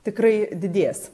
tikrai didės